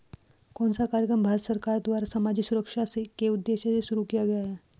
कौन सा कार्यक्रम भारत सरकार द्वारा सामाजिक सुरक्षा के उद्देश्य से शुरू किया गया है?